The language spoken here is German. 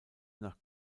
nach